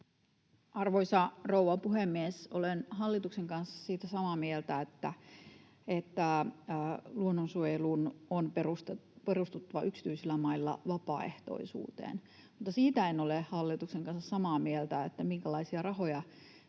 Arvoisa rouva puhemies! Olen hallituksen kanssa samaa mieltä siitä, että luonnonsuojelun on perustuttava yksityisillä mailla vapaaehtoisuuteen. Mutta siitä en ole hallituksen kanssa samaa mieltä, minkälaisia rahoja